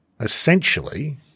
Essentially